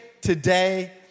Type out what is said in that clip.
today